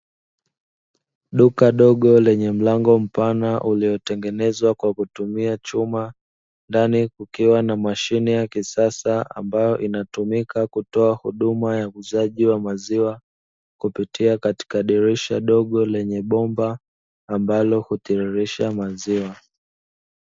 Duka dogo lenye mlango mpana, uliotengenezwa kwa kutumia chuma, ndani kukiwa na mashine ya kisasa ambayo inatumika kutoa huduma ya uuzaji wa maziwa, kupitia katika dirisha dogo lenye bomba ambalo hutiririsha maziwa.